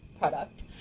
product